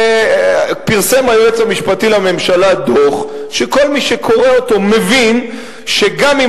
פרסם היועץ המשפטי לממשלה דוח שכל מי שקורא אותו מבין שגם אם